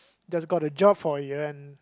just got a job for a year and